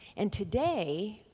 and today